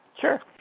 Sure